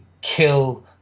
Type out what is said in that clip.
kill